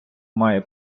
має